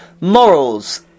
Morals